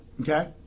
Okay